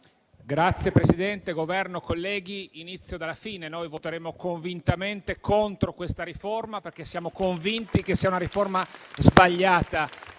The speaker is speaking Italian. Signor Presidente, Governo, colleghi, inizio dalla fine. Noi voteremo convintamente contro questa riforma, perché siamo convinti che sia sbagliata.